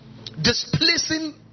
displacing